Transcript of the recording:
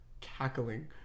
cackling